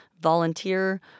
volunteer